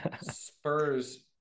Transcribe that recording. Spurs